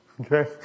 Okay